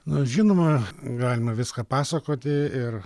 na žinoma galima viską pasakoti ir